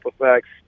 effects